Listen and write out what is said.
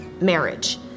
marriage